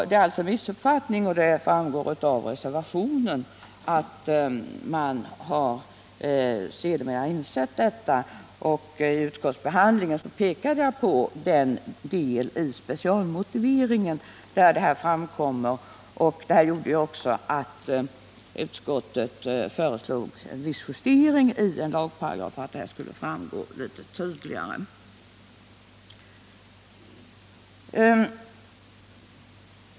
Det är en missuppfattning, och det framgår av reservationen att man sedermera har insett detta. Vid utskottsbehandlingen pekade jag på den del av specialmotiveringen där detta framkommer, och det gjorde också att utskottet föreslog en viss justering i aktuell lagparagraf så att det hela skulle framgå litet tydligare.